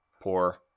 poor